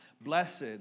Blessed